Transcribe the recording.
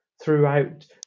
throughout